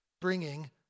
bringing